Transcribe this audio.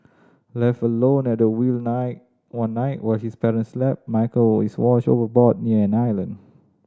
left alone at the wheel night one night while his parents slept Michael is washed overboard near an island